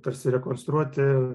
tarsi rekonstruoti